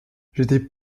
j’étais